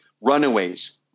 runaways